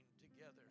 together